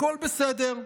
הכול בסדר.